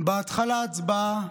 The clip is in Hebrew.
/ בהתחלה הצבעה,